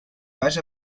pas